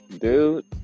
dude